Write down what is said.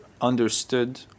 understood